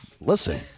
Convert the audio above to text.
Listen